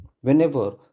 Whenever